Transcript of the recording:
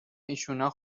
ایشونا